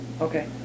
Okay